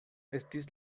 estis